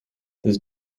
this